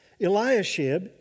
Eliashib